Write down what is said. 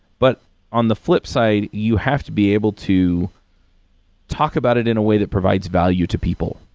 but on the flipside, you have to be able to talk about it in a way that provides value to people.